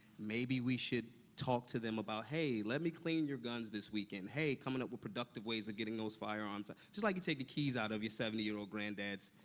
maybe we should talk to them about, hey, let me clean your guns this weekend. hey coming up with productive ways of getting those firearms just like you take the keys out of your seventy year old granddad's,